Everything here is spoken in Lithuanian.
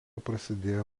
prasidėjo